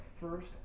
first